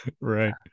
right